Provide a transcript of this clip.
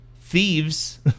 thieves